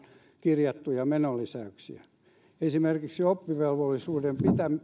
kirjattuja menolisäyksiä esimerkiksi oppivelvollisuuden